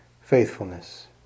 faithfulness